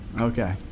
Okay